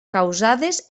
causades